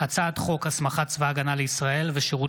ירון